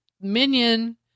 Minion